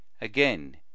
Again